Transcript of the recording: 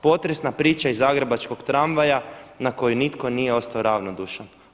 Potresna priča iz zagrebačkog tramvaja na koju nitko nije ostao ravnodušan.